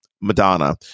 Madonna